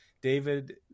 David